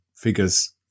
figures